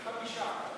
חמישה.